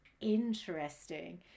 interesting